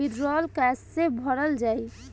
वीडरौल कैसे भरल जाइ?